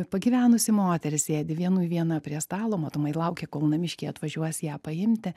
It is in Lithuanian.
pagyvenusi moteris sėdi vienui viena prie stalo matomai laukia kol namiškiai atvažiuos ją paimti